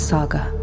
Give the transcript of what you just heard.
Saga